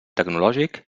tecnològic